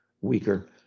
weaker